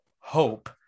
hope